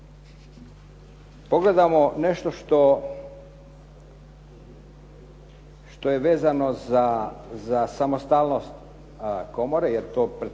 pogledamo nešto što je vezano za samostalnost komore, jer to pretpostavljam